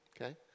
okay